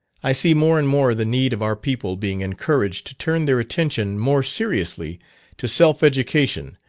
i see more and more the need of our people being encouraged to turn their attention more seriously to self-education,